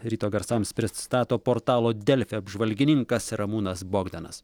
ryto garsams pristato portalo delfi apžvalgininkas ramūnas bogdanas